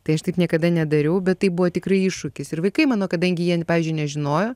tai aš taip niekada nedariau bet tai buvo tikrai iššūkis ir vaikai mano kadangi jie pavyzdžiui nežinojo